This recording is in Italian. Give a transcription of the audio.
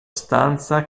stanza